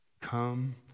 Come